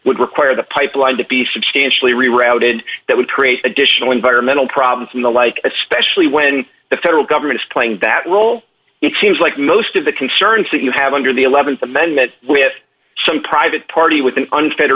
would require the pipeline to be substantially rerouted that would create additional environmental problems and the like especially when the federal government is playing that role it seems like most of the concerns that you have under the th amendment with some private party with an unf